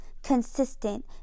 Consistent